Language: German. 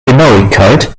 genauigkeit